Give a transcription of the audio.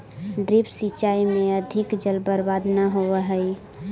drip सिंचाई में अधिक जल बर्बाद न होवऽ हइ